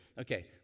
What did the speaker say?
Okay